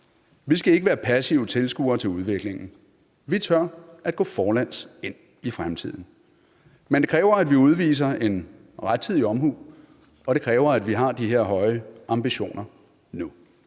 Vi skal ikke være passive tilskuere til udviklingen. Vi tør gå forlæns ind i fremtiden, men det kræver, at vi udviser rettidig omhu, og det kræver, at vi har de her høje ambitioner nu.